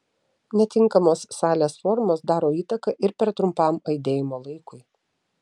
netinkamos salės formos daro įtaką ir per trumpam aidėjimo laikui